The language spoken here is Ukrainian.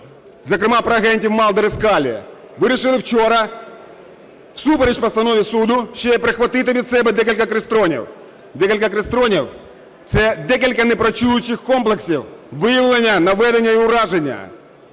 зокрема про агентів Малдера і Скаллі, вирішили вчора всупереч постанові суду ще й прихватити від себе декілька клістронів. Декілька клістронів – це декілька непрацюючих комплексів виявлення, наведення і ураження.